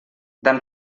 dann